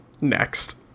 Next